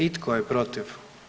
I tko je protiv?